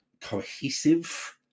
cohesive